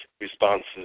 responses